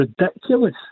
ridiculous